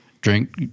drink